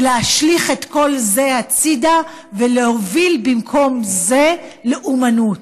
להשליך את כל זה הצידה ולהוביל במקום זה לאומנות.